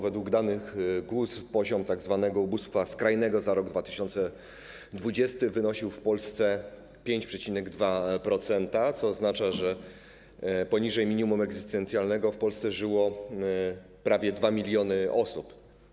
Według danych GUS poziom tzw. ubóstwa skrajnego za rok 2020 wynosił w Polsce 5,2%, co oznacza, że poniżej minimum egzystencjalnego w Polce żyło prawie 2 mln osób.